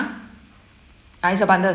ah it's a bundle